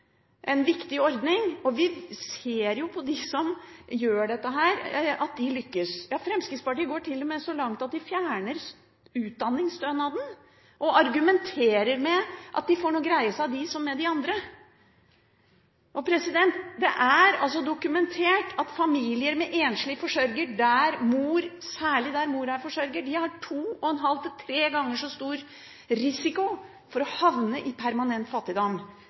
en viktig ordning – og vi ser på dem som gjør dette, at de lykkes. Fremskrittspartiet går til og med så langt at de vil fjerne utdanningsstønaden og argumenterer med at de får greie seg – de som andre. Det er dokumentert at familier med enslig forsørger, særlig der mor er forsørger, har to og en halv til tre ganger så stor risiko som andre for å havne i permanent fattigdom.